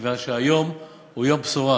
מכיוון שהיום הוא יום בשורה.